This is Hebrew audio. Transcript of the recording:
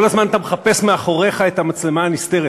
כל הזמן אתה מחפש מאחוריך את המצלמה הנסתרת.